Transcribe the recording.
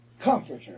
comforter